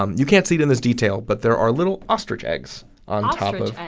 um you can't see them as detailed, but there are little ostrich eggs on top of and